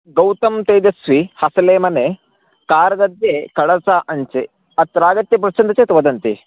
गौतम् तेजस्वी हसलेमने कार्गद्दे कळस अन्चे अत्र आगत्य पृच्छन्ति चेत् वदन्ति